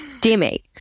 Demi